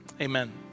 Amen